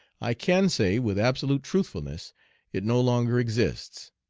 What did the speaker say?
i can say with absolute truthfulness it no longer exists.